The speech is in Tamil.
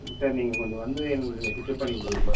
சார் நீங்கள் கொஞ்சம் வந்து எங்களை பிக்கப் பண்ணிக்க முடியுமா